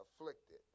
afflicted